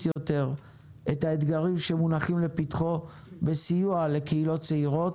יותר את האתגרים שמונחים לפתחו בסיוע לקהילות צעירות,